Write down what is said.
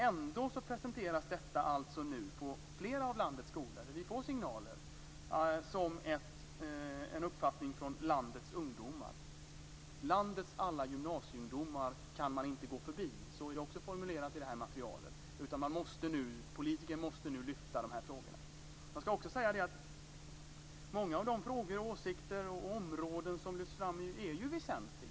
Ändå presenteras detta alltså nu på flera av landets skolor, får vi signaler om, som en uppfattning från landets ungdomar. Landets alla gymnasieungdomar kan man inte gå förbi - så är det också formulerat i det här materialet. Politikerna måste nu lyfta fram de här frågorna, heter det. Många av de frågor, åsikter och områden som lyfts fram är ju väsentliga.